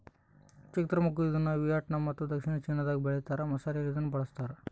ಚಕ್ತ್ರ ಮಗ್ಗು ಇದನ್ನುವಿಯೆಟ್ನಾಮ್ ಮತ್ತು ದಕ್ಷಿಣ ಚೀನಾದಾಗ ಬೆಳೀತಾರ ಮಸಾಲೆಯಲ್ಲಿ ಇದನ್ನು ಬಳಸ್ತಾರ